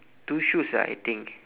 two shoes ah I think